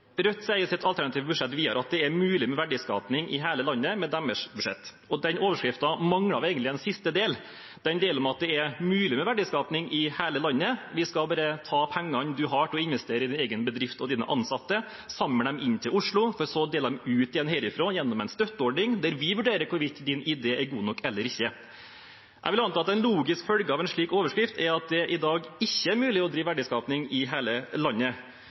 mangler egentlig en siste del: delen om at verdiskaping i hele landet er mulig – vi skal bare ta pengene en har til å investere i egen bedrift og egne ansatte, samle dem inn til Oslo for så å dele dem ut igjen herfra gjennom en støtteordning, der vi vurderer hvorvidt ideen er god nok eller ikke. Jeg vil anta at en logisk følge av en slik overskrift er at det i dag ikke er mulig å drive verdiskaping i hele landet,